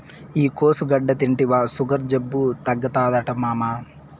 ఈ కోసుగడ్డ తింటివా సుగర్ జబ్బు తగ్గుతాదట మామా